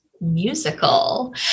musical